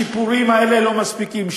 השיפורים האלה לא מספיקים.